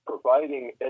Providing